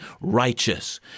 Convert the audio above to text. righteous